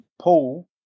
Paul